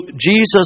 Jesus